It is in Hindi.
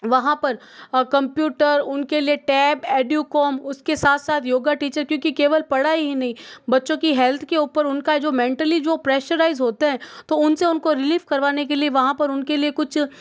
वहाँ पर कम्प्यूटर उनके लिए तब एडूकॉम उसके साथ साथ योग टीचर क्योंकि केवल पढ़ाई ही नहीं बच्चों की हेल्थ के ऊपर उनका जो मेंटली जो प्रेशराइज़ होता है तो उनसे उनको रिलीफ़ करवाने के लिए वहाँ पर उनके लिए कुछ